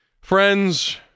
Friends